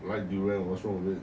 like durian what's wrong with it